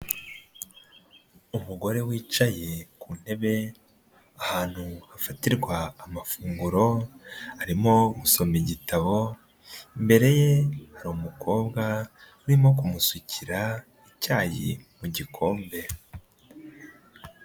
Umugore wicaye ku ntebe, ahantu hafatirwa amafunguro, arimo gusoma igitabo, imbere ye umukobwa urimo kumusukira icyayi mu gikombe.